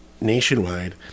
nationwide